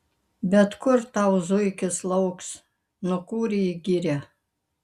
bet kur tau zuikis lauks nukūrė į girią